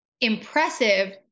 impressive